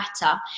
better